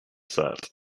set